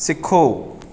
ਸਿੱਖੋ